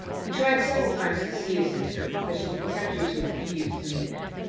he tried several times to see his sister, but she contemptuously refused to meet him.